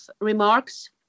remarks